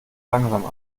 langsam